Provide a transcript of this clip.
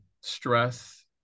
stress